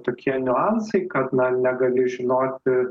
tokie niuansai kad na negali žinoti